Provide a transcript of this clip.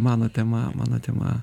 mano tema mano tema